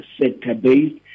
sector-based